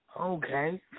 Okay